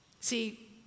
See